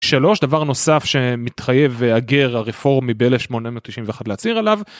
שלוש דבר נוסף שמתחייב הגר הרפורמי ב-1891 להצהיר עליו.